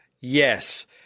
Yes